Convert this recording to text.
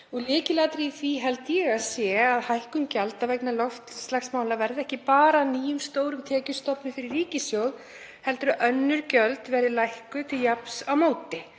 Lykilatriði í því held ég að sé að hækkun gjalda vegna loftslagsmála verði ekki bara að nýjum stórum tekjustofni fyrir ríkissjóð heldur að önnur gjöld verði lækkuð til jafns á móti